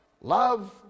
Love